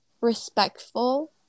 respectful